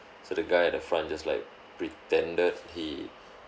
so the guy at the front just like pretended he